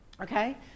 okay